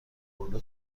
بالا